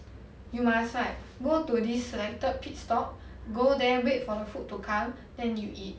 you must like go to this selected pitstop go there wait for the food to come then you eat